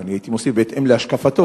ואני הייתי מוסיף: בהתאם להשקפתו.